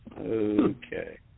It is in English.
Okay